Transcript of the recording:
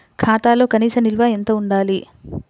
ఖాతాలో కనీస నిల్వ ఎంత ఉండాలి?